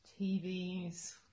TVs